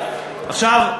עכשיו,